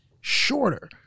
shorter